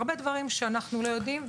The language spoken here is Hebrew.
הרבה דברים שאנחנו לא יודעים,